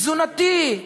תזונתי.